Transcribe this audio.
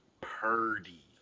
Purdy